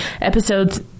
episodes